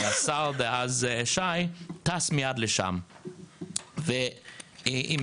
ואם אני לא טועה, השר דאז שי טס לשם מיד עם